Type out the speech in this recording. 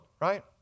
right